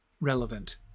relevant